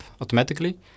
automatically